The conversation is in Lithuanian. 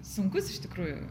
sunkus iš tikrųjų